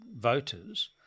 voters